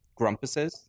grumpuses